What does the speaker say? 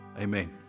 Amen